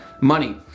money